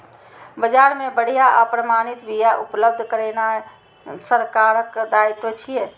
बाजार मे बढ़िया आ प्रमाणित बिया उपलब्ध करेनाय सरकारक दायित्व छियै